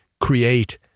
create